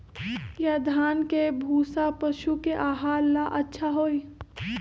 या धान के भूसा पशु के आहार ला अच्छा होई?